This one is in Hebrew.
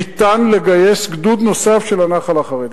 ניתן לגייס גדוד נוסף של הנח"ל החרדי.